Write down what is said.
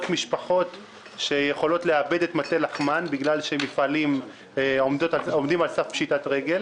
משפחות שיכולות לאבד את מטה לחמן בגלל שמפעלים עומדים על סף פשיטת רגל.